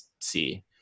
see